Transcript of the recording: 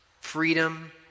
freedom